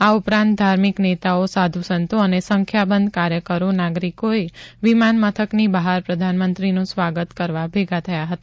આ ઉપરાંત ધાર્મિક નેતાઓ સાધુ સંતો અને સંખ્યાબંધ કાર્યકરો નાગરિકો વિમાન મથકની બહાર પ્રધાનમંત્રીનું સ્વાગત કરવા ભેગા થયા હતા